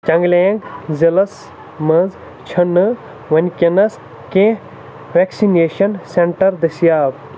چنٛگلینٛگ ضِلَس منٛز چھُنہٕ وٕنۍکٮ۪نَس کینٛہہ وٮ۪کسِنیشَن سٮ۪نٹَر دٔستِیاب